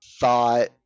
thought